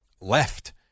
left